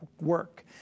work